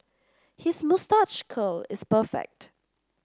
his moustache curl is perfect